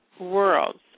worlds